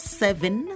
seven